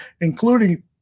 including